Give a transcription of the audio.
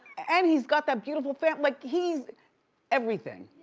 and he's got that beautiful family. like he's everything.